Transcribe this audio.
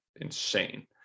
insane